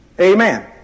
Amen